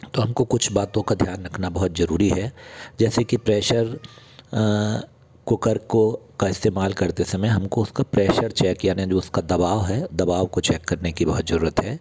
तो हम को कुछ बातों का ध्यान रखना बहुत ज़रूरी है जैसे कि प्रेशर कुकर को का इस्तेमाल करते समय हमको उसका प्रेशर चेक यानी जो उसका दबाव है दबाव को चेक करने की बहुत ज़रूरत है